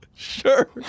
Sure